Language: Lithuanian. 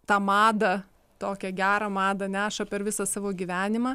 tą madą tokią gerą madą neša per visą savo gyvenimą